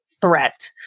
threat